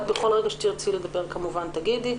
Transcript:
בכל רגע שתרצי לדבר כמובן תגידי.